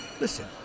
listen